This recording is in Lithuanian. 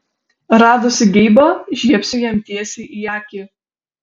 radusi geibą žiebsiu jam tiesiai į akį